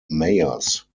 mayors